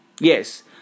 Yes